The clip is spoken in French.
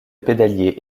pédalier